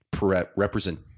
represent